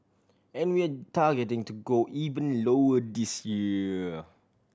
and we are targeting to go even lower this year